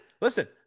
listen